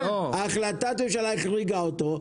החלטת הממשלה החריגה אותו,